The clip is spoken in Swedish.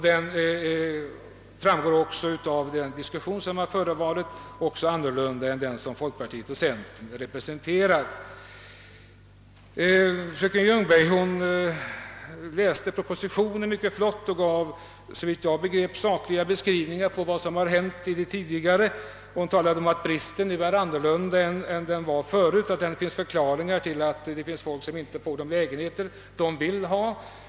Det framgår också av den förda diskussionen att det också är en annan uppfattning än den som folkpartiet och centern representerar. Fröken Ljungberg läste propositionen mycket flott och gav, såvitt jag begrep, sakliga beskrivningar av vad som hänt tidigare. Hon sade att bristen nu är en annan än tidigare. Det finns naturligtvis förklaringar till att människorna inte får de lägenheter som de vill ha.